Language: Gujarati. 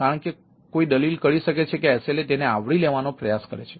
કારણ કે કોઈ દલીલ કરી શકે છે કે SLA તેને આવરી લેવાનો પ્રયાસ કરે છે